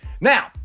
Now